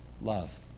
love